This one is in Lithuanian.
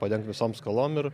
padengt visom skolom ir